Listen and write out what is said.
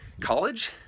College